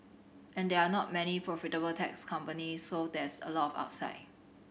and there are not many profitable tech companies so there's a lot of upside